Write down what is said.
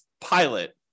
pilot